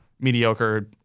mediocre